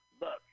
look